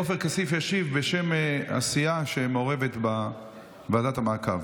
חבר הכנסת עופר כסיף ישיב בשם הסיעה שמעורבת בוועדת המעקב